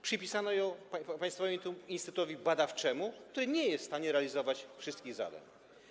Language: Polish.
Przypisano to Państwowemu Instytutowi Badawczemu, który nie jest w stanie realizować wszystkich zadań.